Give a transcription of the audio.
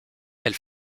elle